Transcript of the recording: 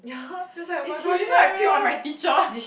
that was like oh-my-god you know I puke on my teacher